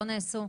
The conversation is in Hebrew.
לא נעשו?